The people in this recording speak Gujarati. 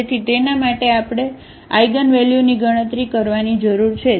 તેથી તેના માટે આપણે આઇગનવેલ્યુની ગણતરી કરવાની જરૂર છે